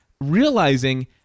realizing